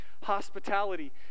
Hospitality